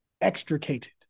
extricated